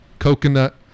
coconut